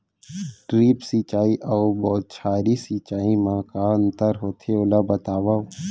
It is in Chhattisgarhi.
ड्रिप सिंचाई अऊ बौछारी सिंचाई मा का अंतर होथे, ओला बतावव?